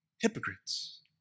hypocrites